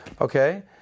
okay